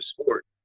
sport